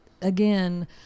again